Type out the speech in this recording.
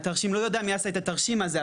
לא יודע מי עשה את התרשים הזה,